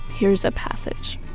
here's a passage